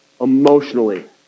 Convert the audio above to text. emotionally